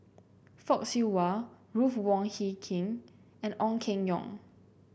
Fock Siew Wah Ruth Wong Hie King and Ong Keng Yong